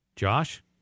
Josh